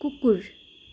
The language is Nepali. कुकुर